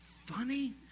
funny